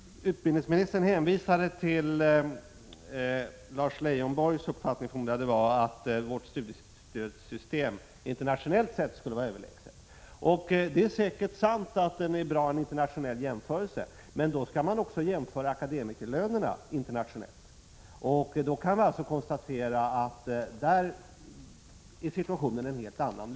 Utbildningsministern hänvisade till uppfattningen — som jag förmodar är Lars Leijonborgs — att det svenska studiestödssystemet skulle vara överlägset vid en internationell jämförelse, och det är säkert riktigt. Men då måste det också göras en internationell jämförelse av akademikerlönerna, varvid kan konstateras att situationen är en helt annan.